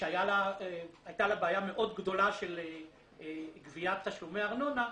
שהיתה לה בעיה מאוד גדולה של גביית תשלומי ארנונה,